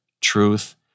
truth